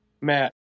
Matt